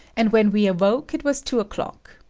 and when we awoke it was two o'clock.